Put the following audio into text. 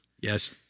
yes